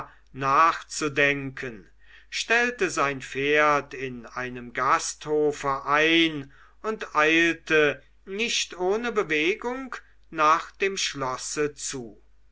nachzudenken stellte sein pferd in einem gasthofe ein und eilte nicht ohne bedenken nach dem schlosse zu